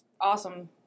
awesome